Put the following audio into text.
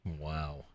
Wow